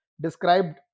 described